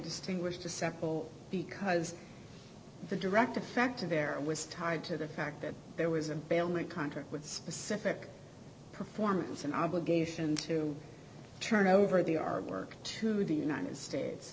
distinguish to settle because the direct effect of there was tied to the fact that there was a bailment contract with specific performance and obligations to turn over the artwork to the united states